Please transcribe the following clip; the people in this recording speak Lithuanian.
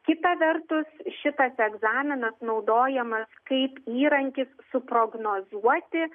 kita vertus šitas egzaminas naudojamas kaip įrankis suprognozuoti